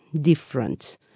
Different